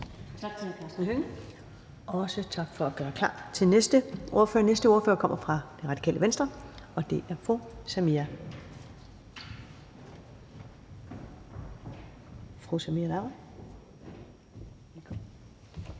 Tak til hr. Karsten Hønge, og også tak for at gøre talerstolen klar til den næste ordfører. Den næste ordfører kommer fra Det Radikale Venstre, og det er fru Samira